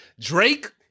Drake